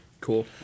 Cool